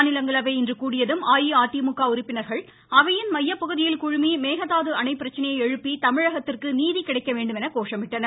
மாநிலங்களவை இன்று கூடியதும் அஇஅதிமுக உறுப்பினர்கள் அவையின் மையப்பகுதியில் குழுமி மேகதாது அணை பிரச்சினையை எழுப்பி தமிழகத்திற்கு நீதி கிடைக்க வேண்டும் என்று கோஷமிட்டனர்